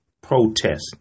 protest